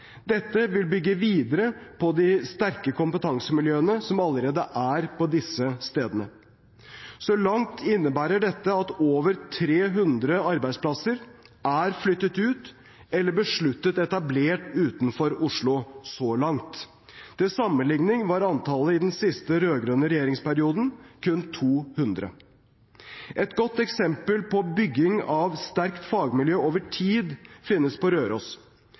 Dette vil bygge videre på de sterke kompetansemiljøene som allerede er på disse stedene. Så langt innebærer dette at over 300 arbeidsplasser er flyttet ut eller besluttet etablert utenfor Oslo – så langt. Til sammenlikning var antallet i den siste rød-grønne regjeringsperioden kun 200. Et godt eksempel på bygging av et sterkt fagmiljø over tid finnes på Røros.